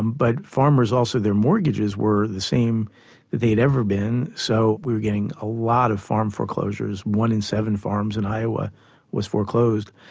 um but farmers also their mortgages were the same that they'd ever been, so we were getting a lot of farm foreclosures, one in seven farms in iowa were foreclosed.